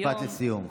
משפט לסיום.